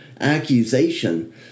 accusation